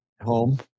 home